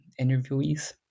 interviewees